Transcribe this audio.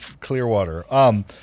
Clearwater